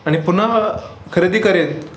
आणि पुन्हा खरेदी करेन